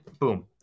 boom